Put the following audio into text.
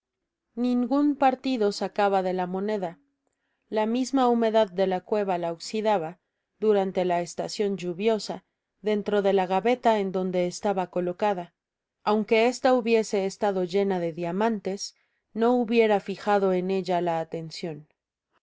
ningun partido sacaba de la moneda la misma humedad de la cueva la oxidaba durante la estacion lluviosa dentro de la gabeta en donde estaba colocada aunque esta hubiese estado llena de diamantes no hubiera fijado en ella la atencion